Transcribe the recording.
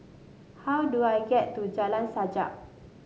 how do I get to Jalan Sajak